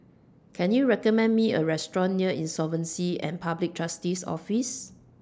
Can YOU recommend Me A Restaurant near Insolvency and Public Trustee's Office